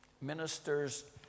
ministers